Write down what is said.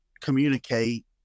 communicate